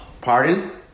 Pardon